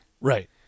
Right